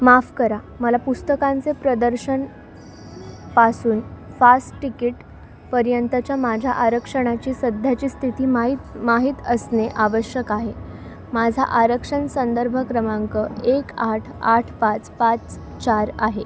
माफ करा मला पुस्तकांचे प्रदर्शन पासून फास्टटिकिट पर्यंतच्या माझ्या आरक्षणाची सध्याची स्थिती माहीत माहीत असणे आवश्यक आहे माझा आरक्षण संदर्भ क्रमांक एक आठ आठ पाच पाच चार आहे